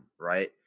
right